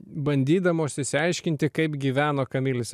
bandydamos išsiaiškinti kaip gyveno kamilis